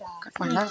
cut ಮಾಡ್ಲ